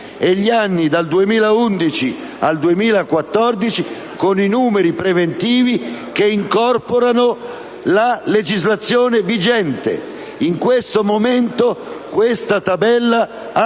e agli anni dal 2011 al 2014, con i numeri preventivi, che incorporano la legislazione vigente. In questo momento la tavola ha